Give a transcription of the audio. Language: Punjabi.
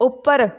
ਉੱਪਰ